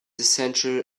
essential